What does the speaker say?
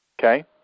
Okay